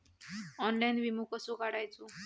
Online विमो कसो काढायचो?